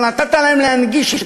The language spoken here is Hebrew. כבר נתת להם הנגשה,